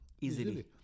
Easily